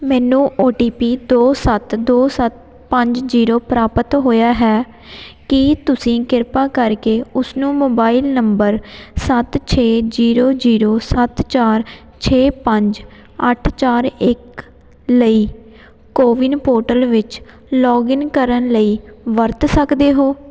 ਮੈਨੂੰ O T P ਦੋ ਸੱਤ ਦੋ ਸੱਤ ਪੰਜ ਜ਼ੀਰੋ ਪ੍ਰਾਪਤ ਹੋਇਆ ਹੈ ਕੀ ਤੁਸੀਂ ਕਿਰਪਾ ਕਰਕੇ ਉਸ ਨੂੰ ਮੋਬਾਇਲ ਨੰਬਰ ਸੱਤ ਛੇ ਜ਼ੀਰੋ ਜ਼ੀਰੋ ਸੱਤ ਚਾਰ ਛੇ ਪੰਜ ਅੱਠ ਚਾਰ ਇੱਕ ਲਈ ਕੋਵੀਨ ਪੋਰਟਲ ਵਿੱਚ ਲੋਗਇਨ ਕਰਨ ਲਈ ਵਰਤ ਸਕਦੇ ਹੋ